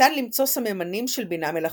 ניתן למצוא סממנים של בינה מלאכותית.